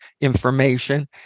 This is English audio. information